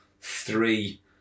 three